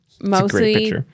Mostly